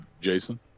Jason